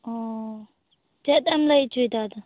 ᱚᱻ ᱪᱮᱫ ᱮᱢ ᱞᱟ ᱭ ᱦᱚᱪᱚᱭᱮᱫᱟ ᱟᱫᱚ